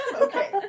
Okay